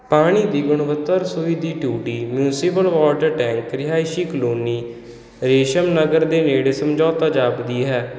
ਪਾਣੀ ਦੀ ਗੁਣਵੱਤਾ ਰਸੋਈ ਦੀ ਟੂਟੀ ਮਿਊਂਸਪਲ ਵੋਟਰ ਟੈਂਕ ਰਿਹਾਇਸ਼ੀ ਕਲੋਨੀ ਰੇਸ਼ਮ ਨਗਰ ਦੇ ਨੇੜੇ ਸਮਝੌਤਾ ਜਾਪਦੀ ਹੈ